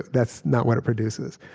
that's not what it produces.